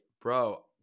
bro